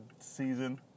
season